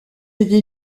été